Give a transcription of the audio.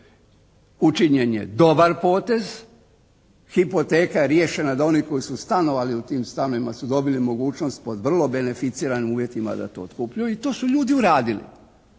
učinjen je dobar potez, hipoteka je riješena da oni koji su stanovali u tim stanovima su dobili mogućnost pod vrlo beneficiranim uvjetima da to otkupljuju i to su ljudi uradili,